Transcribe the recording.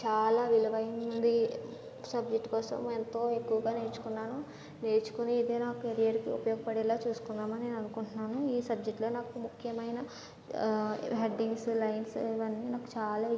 చాలా విలువైనది సబ్జెక్ట్ కోసం ఎంతో ఎక్కువగా నేర్చుకున్నాను నేర్చుకొని ఇదే నాకు కెరియర్కు ఉపయోగపడేలా చూసుకుందామని నేను అనుకుంటున్నాను ఈ సబ్జెక్టులో నాకు ముఖ్యమైన హెడ్డింగ్స్ లైన్స్ ఇవన్నీ నాకు చాలా ఇష్టం